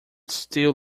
still